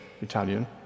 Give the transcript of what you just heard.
Italian